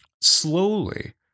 Slowly